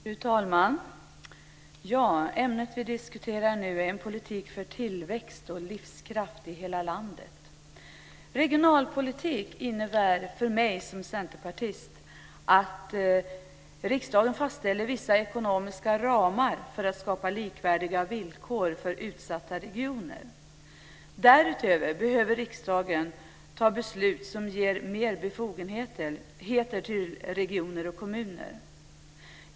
Fru talman! Ämnet vi diskuterar nu är en politik för tillväxt och livskraft i hela landet. Regionalpolitik innebär för mig som centerpartist att riksdagen fastställer vissa ekonomiska ramar för att skapa likvärdiga villkor för utsatta regioner. Därutöver behöver riksdagen ta beslut som ger mer befogenheter till regioner och kommuner.